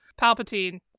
Palpatine